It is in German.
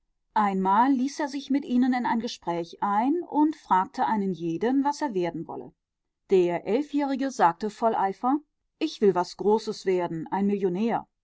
einmal ließ er sich mit ihnen in ein gespräch ein und er fragte einen jeden was er werden wolle der elfjährige sagte voll eifer ich will was großes werden ein millionär